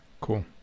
Cool